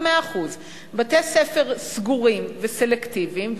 ב-100% בתי-ספר סגורים וסלקטיביים,